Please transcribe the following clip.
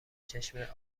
چشمه